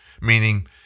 meaning